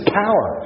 power